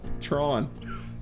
Tron